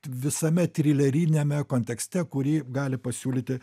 visame trileriniame kontekste kurį gali pasiūlyti